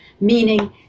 meaning